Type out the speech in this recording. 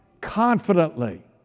confidently